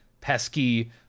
pesky